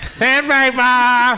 sandpaper